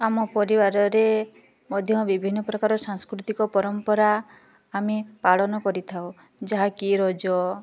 ଆମ ପରିବାରରେ ମଧ୍ୟ ବିଭିନ୍ନ ପ୍ରକାର ସାଂସ୍କୃତିକ ପରମ୍ପରା ଆମେ ପାଳନ କରିଥାଉ ଯାହାକି ରଜ